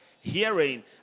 hearing